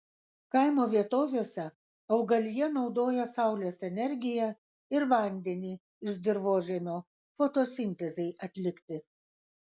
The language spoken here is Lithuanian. kaimo vietovėse augalija naudoja saulės energiją ir vandenį iš dirvožemio fotosintezei atlikti